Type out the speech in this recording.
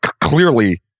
clearly